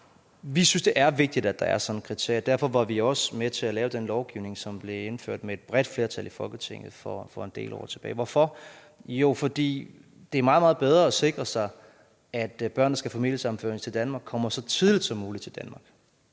Vi synes, det er vigtigt, at der er sådan et kriterium. Derfor var vi også med til at lave den lovgivning, som blev indført med et bredt flertal i Folketinget for en del år tilbage. Hvorfor? Fordi det er meget, meget bedre at sikre sig, at børn, der skal familiesammenføres til Danmark, kommer så tidligt som muligt til Danmark.